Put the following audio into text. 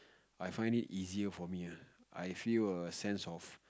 I find it easier for me ah I feel a sense of